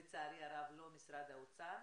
לצערי הרב, לא משרד האוצר,